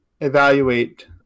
evaluate